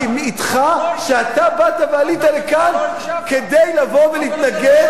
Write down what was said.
שאתה באת ועלית לכאן כדי לבוא ולהתנגד,